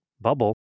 bubble